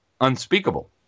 unspeakable